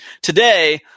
today